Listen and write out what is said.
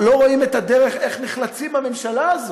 לא רואים את הדרך, איך נחלצים מהממשלה הזאת,